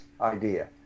idea